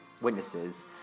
witnesses